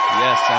yes